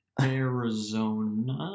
Arizona